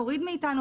תוריד מאתנו.